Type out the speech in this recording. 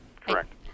Correct